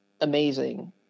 amazing